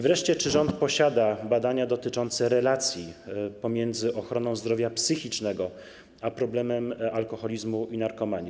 Wreszcie czy rząd posiada badania dotyczące relacji pomiędzy ochroną zdrowia psychicznego a problemem alkoholizmu i narkomanii?